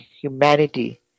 humanity